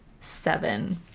seven